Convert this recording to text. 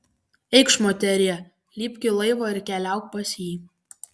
eikš moterie lipk į laivą ir keliauk pas jį